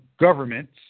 governments